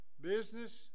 business